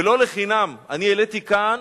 ולא לחינם אני העליתי כאן